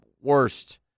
worst